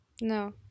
no